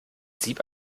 sieb